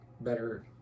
better